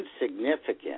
insignificant